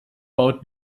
baut